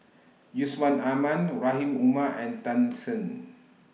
Yusman Aman Rahim Omar and Tan Shen